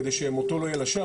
כדי שמותו לא יהיה לשווא,